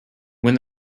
when